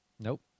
Nope